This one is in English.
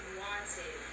wanted